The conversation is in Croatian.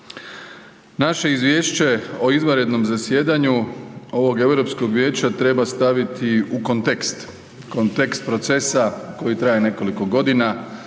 Naše izvješće o izvanrednog zasjedanju ovog Europskog vijeća treba staviti u kontekst, kontekst procesa koji traje nekoliko godina,